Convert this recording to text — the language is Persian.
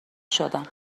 شدم